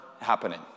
happening